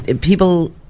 people